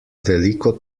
veliko